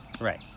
Right